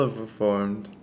performed